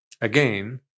Again